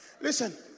Listen